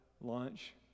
lunch